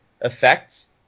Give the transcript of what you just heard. effects